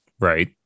Right